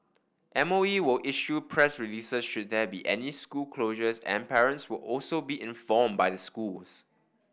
M O E will issue press releases should there be any school closures and parents will also be informed by the schools